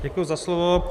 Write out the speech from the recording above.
Děkuji za slovo.